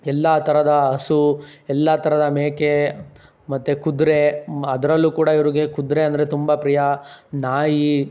ಎಲ್ಲ ಥರದ ಹಸು ಎಲ್ಲ ಥರದ ಮೇಕೆ ಮತ್ತೆ ಕುದುರೆ ಅದರಲ್ಲೂ ಕೂಡ ಇವ್ರಿಗೆ ಕುದುರೆ ಅಂದರೆ ತುಂಬ ಪ್ರಿಯ ನಾಯಿ